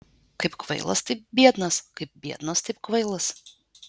kaip kvailas taip biednas kaip biednas taip kvailas